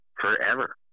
forever